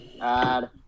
add